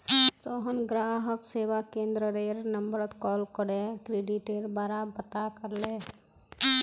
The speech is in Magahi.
सोहन ग्राहक सेवा केंद्ररेर नंबरत कॉल करे क्रेडिटेर बारा पता करले